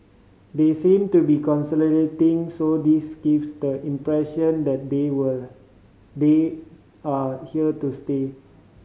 they seem to be consolidating so this gives the impression that they were they are here to stay